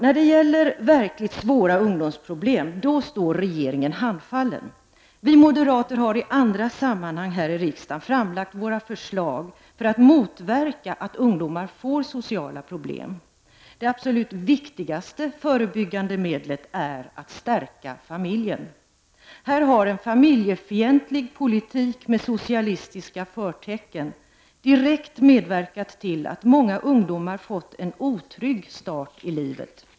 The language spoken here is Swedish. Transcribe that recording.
När det gäller verkligt svåra ungdomsproblem står regeringen handfallen. Vi moderater har i andra sammanhang här i riksdagen framlagt våra förslag för att motverka att ungdomar får sociala problem. Det absolut viktigaste förebyggande medlet är att stärka familjen. Här har en familjefientlig politik med socialistiska förtecken direkt medverkat till att många ungdomar fått en otrygg start i livet.